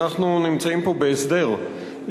אנחנו נמצאים פה בהסדר,